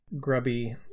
grubby